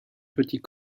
petits